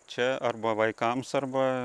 čia arba vaikams arba